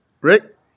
Rick